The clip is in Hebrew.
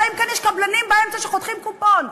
אלא אם כן יש קבלנים באמצע שחותכים קופון.